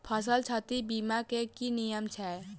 फसल क्षति बीमा केँ की नियम छै?